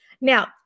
Now